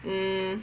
mm